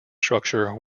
structure